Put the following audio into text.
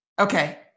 Okay